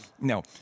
no